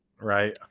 right